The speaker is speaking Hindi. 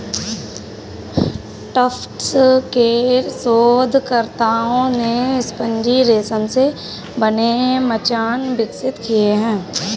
टफ्ट्स के शोधकर्ताओं ने स्पंजी रेशम से बने मचान विकसित किए हैं